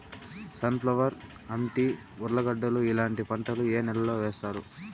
Sun flower, అంటి, ఉర్లగడ్డలు ఇలాంటి పంటలు ఏ నెలలో వేస్తారు?